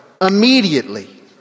immediately